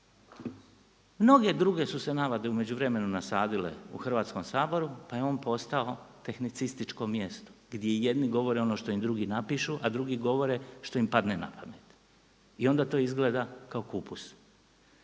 Mnoge druge su se navade u međuvremenu nasadile u Hrvatskom saboru pa je on postao tehnicističko mjesto gdje jedni govore ono što im drugi napišu a drugi govore što im padne na pamet i onda to izgleda kao kupus.